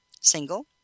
single